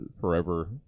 forever